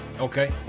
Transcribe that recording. Okay